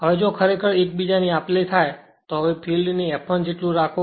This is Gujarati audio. હવે જો ખરેખર એક બીજાની આપલે થાય તો હવે ફિલ્ડ ને F1 જેટલું રાખો